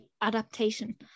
adaptation